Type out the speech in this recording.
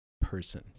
person